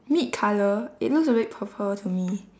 meat colour it looks a bit purple to me